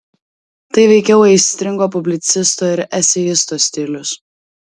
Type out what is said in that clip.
tai veikiau aistringo publicisto ir eseisto stilius